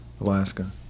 Alaska